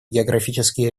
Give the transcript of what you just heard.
географические